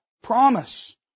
promise